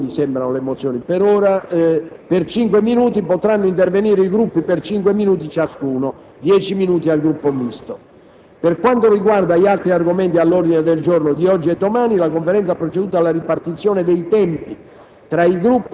Dopo le illustrazioni, per cinque minuti, potranno intervenire i Gruppi per cinque minuti ciascuno (dieci minuti al Gruppo Misto). Per quanto riguarda gli altri argomenti all'ordine del giorno di oggi e domani, la Conferenza ha proceduto alla ripartizione dei tempi